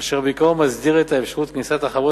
אשר בעיקרו מסדיר את אפשרות כניסת החברות